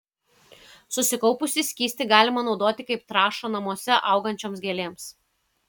susikaupusį skystį galima naudoti kaip trąšą namuose augančioms gėlėms